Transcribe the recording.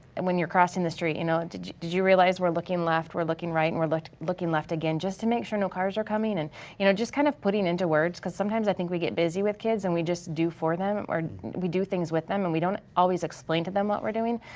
when you're crossing the street, you know did did you realize we're looking left we're looking right and we're looking looking left again just to make sure no cars are coming and you know just kind of putting into words cause sometimes i think we get busy with kids and we just do for them or we do things with them and we don't always explain to them what we're doing,